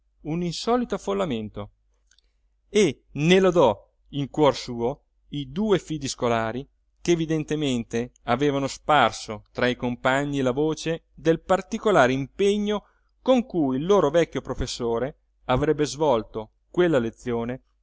un insolito affollamento e ne lodò in cuor suo i due fidi scolari che evidentemente avevano sparso tra i compagni la voce del particolare impegno con cui il loro vecchio professore avrebbe svolto quella lezione